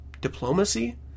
diplomacy